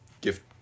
gift